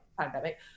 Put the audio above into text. pandemic